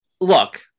look